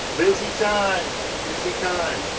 busy time busy time